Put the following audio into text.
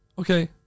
Okay